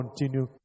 continue